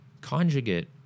Conjugate